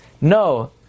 No